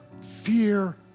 fear